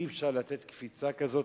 אי-אפשר לעשות קפיצה כזאת,